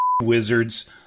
Wizards